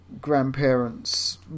grandparents